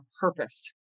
purpose